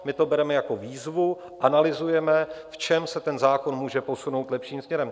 My to bereme jako výzvu, analyzujeme, v čem se ten zákon může posunout lepším směrem.